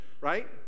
right